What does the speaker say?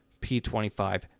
P25